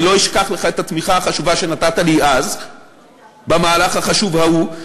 אני לא אשכח לך את התמיכה החשובה שנתת לי אז במהלך החשוב ההוא.